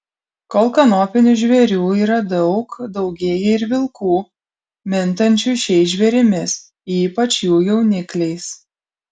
kol kanopinių žvėrių yra daug daugėja ir vilkų mintančių šiais žvėrimis ypač jų jaunikliais